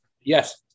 Yes